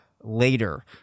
later